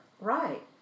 Right